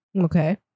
Okay